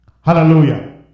Hallelujah